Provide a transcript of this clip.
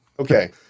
Okay